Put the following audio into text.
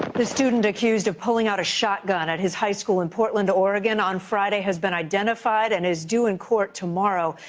the student accused of pulling out a shotgun at his high school in portland, oregon, on friday has been identified and is due in court tomorrow.